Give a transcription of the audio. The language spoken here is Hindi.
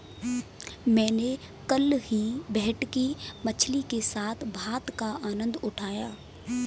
मैंने कल ही भेटकी मछली के साथ भात का आनंद उठाया